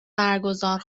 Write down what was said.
برگزار